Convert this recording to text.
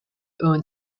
own